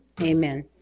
amen